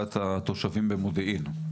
גברת מירי דה פריס, נציגת התושבים במודיעין.